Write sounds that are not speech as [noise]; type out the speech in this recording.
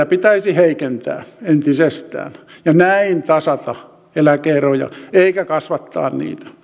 [unintelligible] pitäisi heikentää entisestään ja näin tasata eläke eroja eikä kasvattaa niitä